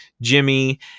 Jimmy